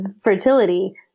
fertility